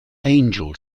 angel